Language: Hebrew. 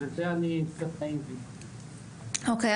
אוקי,